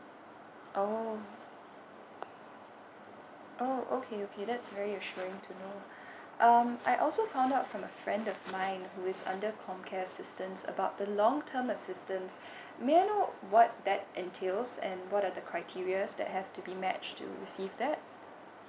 oh oh okay okay that's very assuring to know um I also found out from a friend of mine who is under comcare assistance about the long term assistance may I know what that entails and what are the criteria that have to be match to receive that